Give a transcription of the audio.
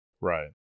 Right